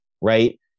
right